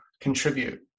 contribute